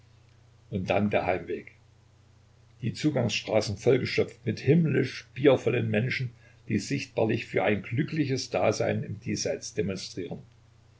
und dann der heimweg die zugangsstraßen vollgestopft mit himmlisch biervollen menschen die sichtbarlich für ein glückliches dasein im diesseits demonstrieren